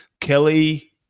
Kelly